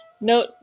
No